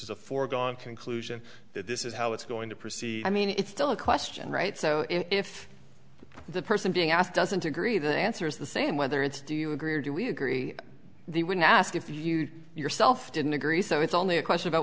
is a foregone conclusion that this is how it's going to proceed i mean it's still a question right so if the person being asked doesn't agree the answer is the same whether it's do you agree or do we agree they would ask if you yourself didn't agree so it's only a question about